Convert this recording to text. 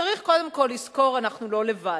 צריך קודם כול לזכור שאנחנו לא לבד.